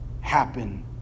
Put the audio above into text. happen